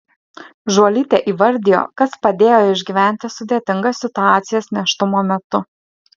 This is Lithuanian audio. žuolytė įvardijo kas padėjo išgyventi sudėtingas situacijas nėštumo metu